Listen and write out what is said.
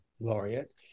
laureate